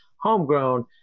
homegrown